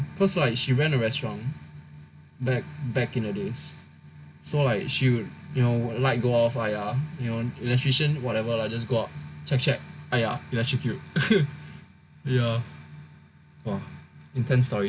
cause like she ran a restaurant back back in the days so like she'll you know light go off !aiya! you know electrician whatever lah just go out check check check !aiya! electrocute ya !wah! intense story